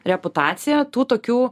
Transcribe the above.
reputaciją tų tokių